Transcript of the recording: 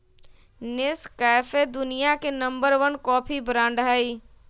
Nescafe दुनिया के number one coffee brand हई